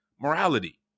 morality